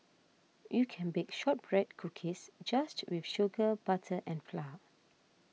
you can bake Shortbread Cookies just with sugar butter and flour